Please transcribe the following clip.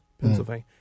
Pennsylvania